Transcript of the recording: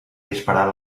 disparat